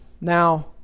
now